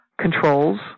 controls